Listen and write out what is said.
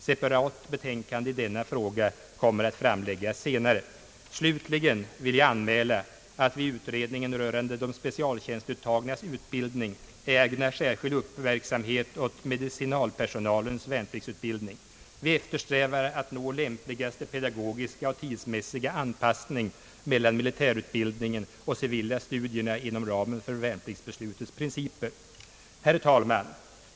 Separat betänkande i denna fråga kommer att framläggas senare. Slutligen vill jag anmäla att vi i utredningen rörande de specialtjänstuttagnas utbildning ägnar särskild upp märksamhet åt medicinalpersonalens värnpliktsutbildning. Vi eftersträvar att nå lämpligaste pedagogiska och tidsmässiga anpassning mellan militärutbildningen och de civila studierna inom ramen för värnpliktsbeslutets principer. Herr talman!